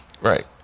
right